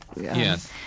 Yes